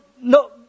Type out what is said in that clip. no